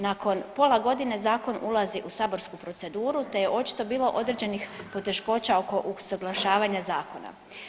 Nakon pola godine zakon ulazi u saborsku proceduru te je očito bilo određenih poteškoća oko usaglašavanja zakona.